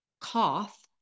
cough